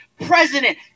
president